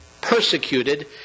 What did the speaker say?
persecuted